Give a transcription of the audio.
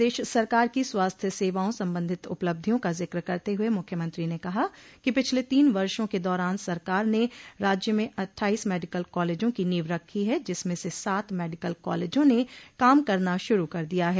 प्रदेश सरकार की स्वास्थ्य सेवाओं सम्बन्धित उपलब्धियों का जिक्र करते हुए मुख्यमंत्री ने कहा कि पिछले तीन वर्षो के दौरान सरकार ने राज्य में अठ्ठाइस मेडिकल कालेजों की नींव रखी है जिसमें से सात मेडिकल कालेजों ने काम करना शुरू कर दिया है